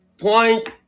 point